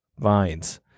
vines